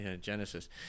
Genesis